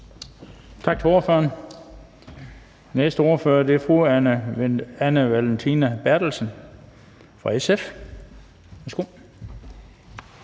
Tak til ordføreren. Og den næste er fru Anne Valentina Berthelsen, SF.